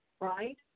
right